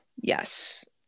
yes